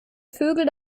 vögel